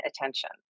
attention